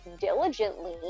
diligently